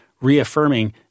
reaffirming